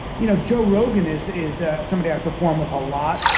you know joe rogan is is ah somebody i perform with a lot,